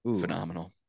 phenomenal